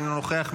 אינה נוכחת,